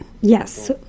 yes